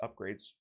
upgrades